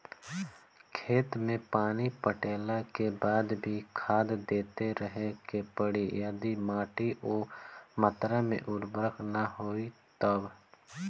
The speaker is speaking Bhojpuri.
खेत मे पानी पटैला के बाद भी खाद देते रहे के पड़ी यदि माटी ओ मात्रा मे उर्वरक ना होई तब?